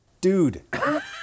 Dude